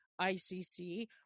icc